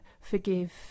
forgive